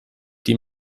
die